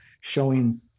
showing